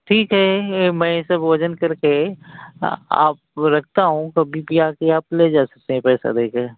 ठीक है मैं सब वज़न करके आप रखता हूँ कभी भी आकर आप ले जा सकते हैं पैसे देकर